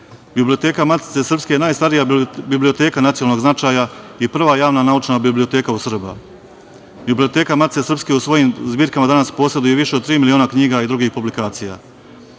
Biblioteka Matice srpske je najstarija biblioteka nacionalnog značaja i prava javna naučna biblioteka u Srba. Biblioteka Matice srpske u svojim zbirkama danas poseduje više od tri miliona knjiga i drugih publikacija. Današnjom